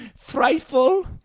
frightful